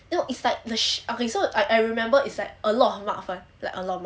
no it's like sh~ so I I remember is like a lot of marks [one] like a lot of marks